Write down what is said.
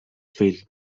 fil